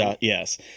yes